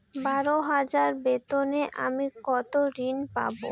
বারো হাজার বেতনে আমি কত ঋন পাব?